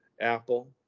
Apple